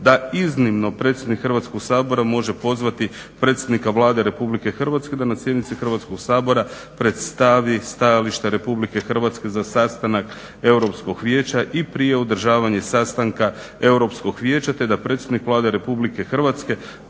da iznimno predsjednik Hrvatskog sabora može pozvati predsjednika Vlade Republike Hrvatske da na sjednici Hrvatskog sabora predstavi stajališta Republike Hrvatske za sastanak Europskog vijeća i prije održavanja sastanka Europskog vijeća te da predsjednik Vlade Republike Hrvatske